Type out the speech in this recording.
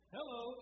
Hello